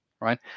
right